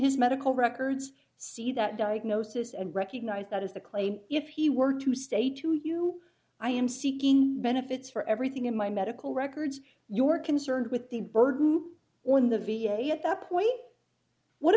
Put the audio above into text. his medical records see that diagnosis and recognize that is the claim if he were to stay to you i am seeking benefits for everything in my medical records your concerned with the burden on the v a at that point what